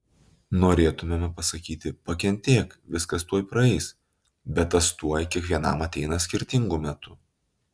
norėtumėme pasakyti pakentėk viskas tuoj praeis bet tas tuoj kiekvienam ateina skirtingu metu